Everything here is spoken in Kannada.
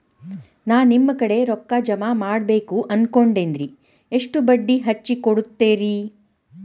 ನಾ ನಿಮ್ಮ ಕಡೆ ರೊಕ್ಕ ಜಮಾ ಮಾಡಬೇಕು ಅನ್ಕೊಂಡೆನ್ರಿ, ಎಷ್ಟು ಬಡ್ಡಿ ಹಚ್ಚಿಕೊಡುತ್ತೇರಿ?